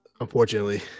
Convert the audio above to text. Unfortunately